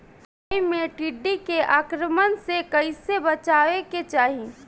मकई मे टिड्डी के आक्रमण से कइसे बचावे के चाही?